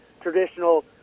traditional